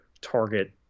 Target